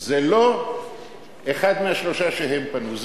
זה לא אחד מהשלושה שהם פנו אליהם,